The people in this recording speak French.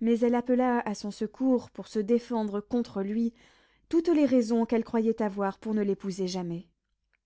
mais elle appela à son secours pour se défendre contre lui toutes les raisons qu'elle croyait avoir pour ne l'épouser jamais